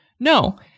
No